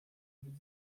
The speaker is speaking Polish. być